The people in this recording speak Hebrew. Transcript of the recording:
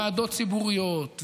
ועדות ציבוריות,